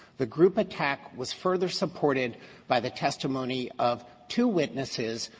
the group attack was further supported by the testimony of two witnesses,